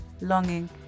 longing